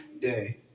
day